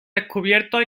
descubiertos